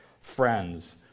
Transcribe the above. friends